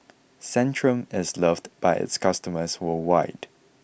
Centrum is loved by its customers worldwide